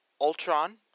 Ultron